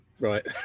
right